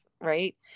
right